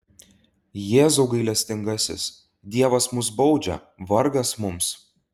jėzau gailestingasis dievas mus baudžia vargas mums